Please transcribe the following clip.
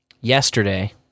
yesterday